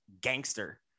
gangster